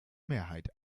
mehrheit